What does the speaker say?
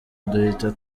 duhita